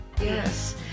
yes